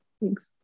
Thanks